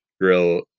grill